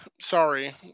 sorry